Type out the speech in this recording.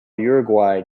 uruguay